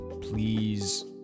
Please